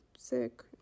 Sick